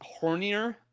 hornier